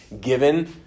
given